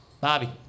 Bobby